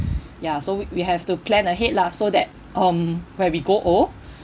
ya so we have to plan ahead lah so that um when we grow old